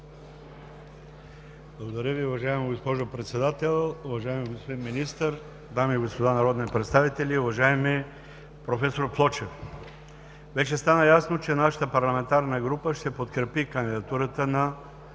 Благодаря Ви, уважаема госпожо Председател. Уважаеми господин Министър, дами и господа народни представители, уважаеми проф. Плочев! Вече стана ясно, че нашата парламентарна група ще подкрепи кандидатурата на